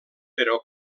però